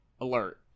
alert